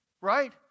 right